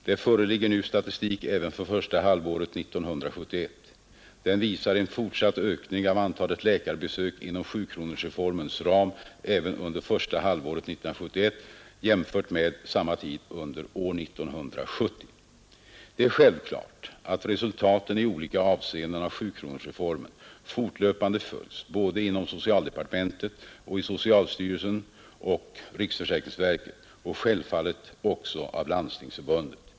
Det föreligger nu statistik även för första halvåret 1971. Denna visar en fortsatt ökning av antalet läkarbesök inom sjukronorsreformens ram även under första halväret 1971 jämfört med samma tid under är 1970. Det är självklart att resultaten i olika avseenden av sjukronorsreformen fortlöpande följs både inom socialdepartementet och i socialstyrelsen och riksförsäkringsverket och vfallet också av Landstingsförbundet.